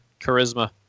charisma